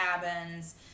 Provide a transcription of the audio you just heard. cabins